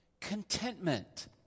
Contentment